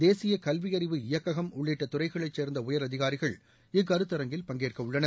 தேசிய கல்வியறிவு இயக்ககம் உள்ளிட்ட துறைகளைச் சேர்ந்த உயர் அதிகாரிகள் இக்கருத்தரங்கில் பங்கேற்கவுள்ளனர்